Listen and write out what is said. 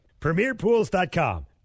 PremierPools.com